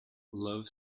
love